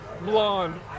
Blonde